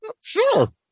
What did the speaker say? Sure